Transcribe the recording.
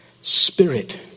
spirit